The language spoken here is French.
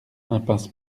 impasse